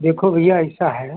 देखो भैया ऐसा है